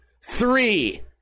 three